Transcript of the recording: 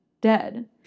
dead